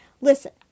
Listen